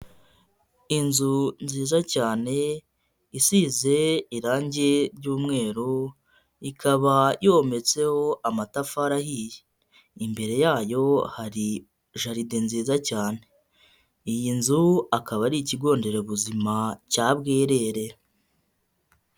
Inzu nziza cyane isize irangi ry'umweru ikaba yometseho amatafari ahiye, imbere yayo hari jaride nziza cyane iyi nzu akaba ari ikigo nderabuzima cya Bwirere.